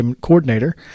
coordinator